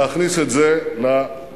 להכניס את זה למערכת